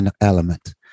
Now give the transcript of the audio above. element